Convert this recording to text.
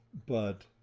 but